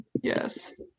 Yes